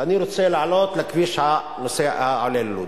ואני רוצה לעלות לכביש העולה ללוד,